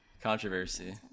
Controversy